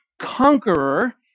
conqueror